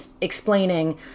explaining